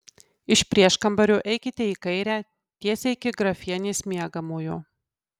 iš prieškambario eikite į kairę tiesiai iki grafienės miegamojo